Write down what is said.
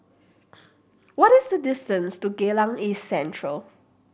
what is the distance to Geylang East Central